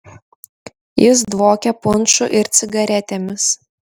jis dvokė punšu ir cigaretėmis